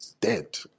dead